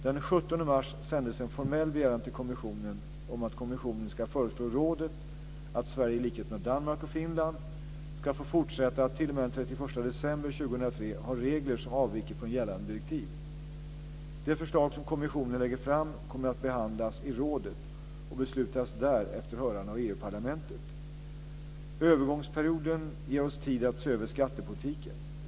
Den 17 mars sändes en formell begäran till kommissionen om att kommissionen ska föreslå rådet att Sverige i likhet med Danmark och Finland ska få fortsätta att t.o.m. den 31 december 2003 ha regler som avviker från gällande direktiv. Det förslag som kommissionen lägger fram kommer att behandlas i rådet och beslutas där efter hörande av EU:s parlament. Övergångsperioden ger oss tid att se över skattepolitiken.